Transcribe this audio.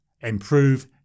Improve